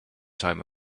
time